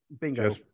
Bingo